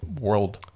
world